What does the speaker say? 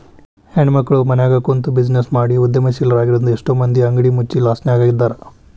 ಹೆಣ್ಮಕ್ಳು ಮನ್ಯಗ ಕುಂತ್ಬಿಜಿನೆಸ್ ಮಾಡಿ ಉದ್ಯಮಶೇಲ್ರಾಗಿದ್ರಿಂದಾ ಎಷ್ಟೋ ಮಂದಿ ಅಂಗಡಿ ಮುಚ್ಚಿ ಲಾಸ್ನ್ಯಗಿದ್ದಾರ